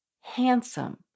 handsome